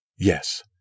Yes